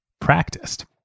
practiced